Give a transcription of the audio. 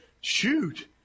shoot